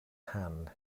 hand